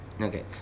Okay